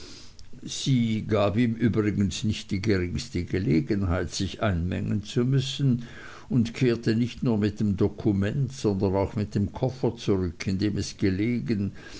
sie gab ihm übrigens nicht die geringste gelegenheit sich einmengen zu müssen und kehrte nicht nur mit dem dokument sondern auch mit dem koffer zurück in dem es gelegen